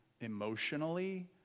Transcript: emotionally